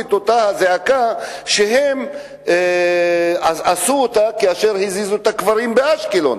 את אותה זעקה שהם זעקו כאשר הזיזו את הקברים באשקלון.